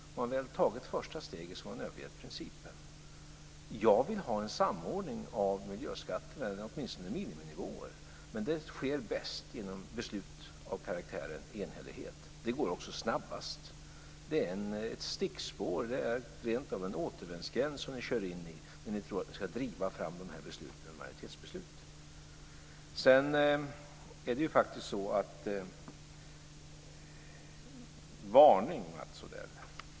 När man väl tagit det första steget har man övergivit principen. Jag vill ha en samordning av miljöskatterna, åtminstone miniminivåer. Det sker bäst genom beslut av karaktären enhällighet. Det går också snabbast. Det är ett stickspår, rent av en återvändsgränd, som vi kör in i om vi ska driva fram majoritetsbeslut. Det är faktiskt en varning, Mats Odell.